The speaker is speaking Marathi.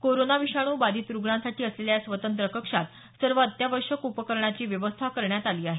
कोरोना विषाणू बाधित रुग्णांसाठी असलेल्या या स्वतंत्र कक्षात सर्व अत्यावश्यक उपकरणाची व्यवस्था करण्यात आली आहे